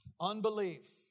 unbelief